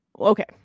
okay